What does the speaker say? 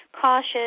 cautious